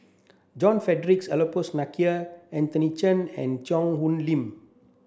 John Frederick Adolphus McNair Anthony Chen and Cheang Hong Lim